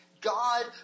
God